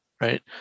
right